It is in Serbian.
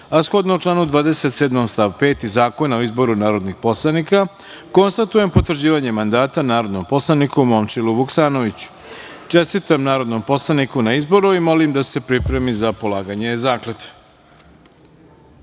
a shodno članu 27. stav 5. Zakona o izboru narodnih poslanika, konstatujem potvrđivanje mandata narodnom poslaniku Momčilu Vuksanoviću. Čestitam narodnom poslaniku na izboru i molim da se pripremi za polaganje